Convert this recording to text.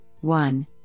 one